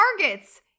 targets